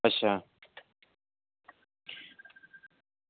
अच्छा